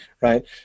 right